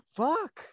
fuck